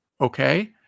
okay